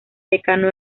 decano